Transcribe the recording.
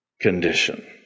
condition